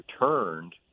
returned